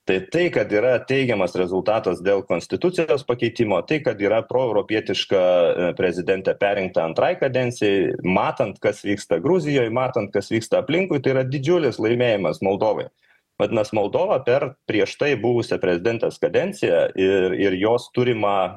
tai tai kad yra teigiamas rezultatas dėl konstitucijos pakeitimo tai kad yra proeuropietiška prezidentė perrinkta antrai kadencijai matant kas vyksta gruzijoj matant kas vyksta aplinkui tai yra didžiulis laimėjimas moldovai vadinas moldova per prieš tai buvusią prezidentės kadenciją ir ir jos turimą